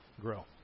grow